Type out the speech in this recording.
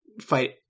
fight